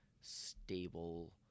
stable